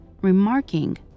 remarking